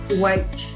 wait